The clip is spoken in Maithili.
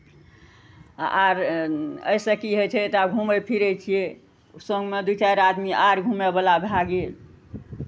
आर एहिसँ की होइ छै तऽ आब घुमै फिरै छियै सङ्गमे दू चारि आदमी आर घुमयवला भए गेल